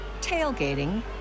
tailgating